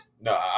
No